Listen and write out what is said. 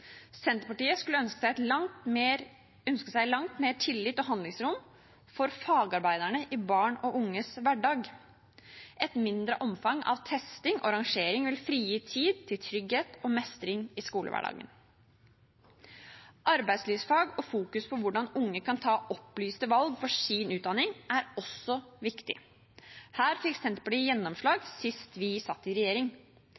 Senterpartiet skulle ønske seg langt mer tillit og handlingsrom for fagarbeiderne i barn og unges hverdag. Et mindre omfang av testing og rangering vil frigi tid til trygghet og mestring i skolehverdagen. Arbeidslivsfag og fokus på hvordan unge kan ta opplyste valg for sin utdanning, er også viktig. Her fikk Senterpartiet